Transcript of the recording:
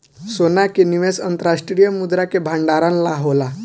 सोना के निवेश अंतर्राष्ट्रीय मुद्रा के भंडारण ला होला